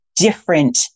different